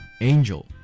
Angel